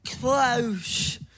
close